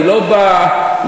אני לא בא להציג,